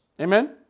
Amen